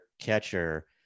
catcher